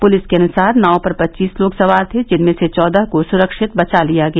police के अनुसार नाव पर पच्चीस लोग सवार थे जिनमें से चौदह को सुरक्षित बचा लिया गया